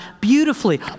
beautifully